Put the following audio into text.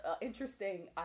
interesting